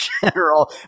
general